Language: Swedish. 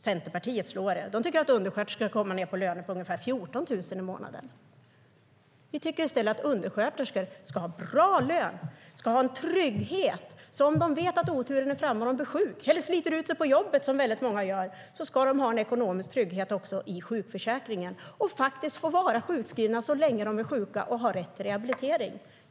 Centerpartiet slår er. De tycker att undersköterskor ska komma ned på lönenivåer på ungefär 14 000 kronor i månaden. Vi tycker i stället att undersköterskor ska ha en bra lön, ska ha en trygghet, så att de vet att om oturen är framme och de blir sjuka eller sliter ut sig på jobbet, som många gör, ska de ha ekonomisk trygghet också i sjukförsäkringen. De ska få vara sjukskrivna så länge de är sjuka och har rätt till rehabilitering.